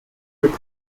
dich